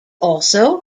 also